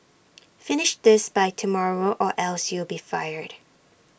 finish this by tomorrow or else you'll be fired